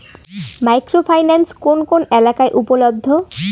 Micro finance কোন কোন এলাকায় উপলব্ধ?